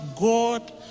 God